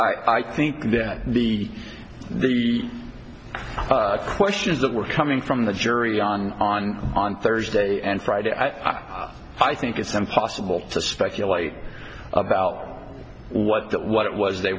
i think that the the questions that were coming from the jury on on on thursday and friday i think it's impossible to speculate about what that what it was they